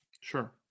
Sure